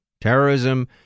Terrorism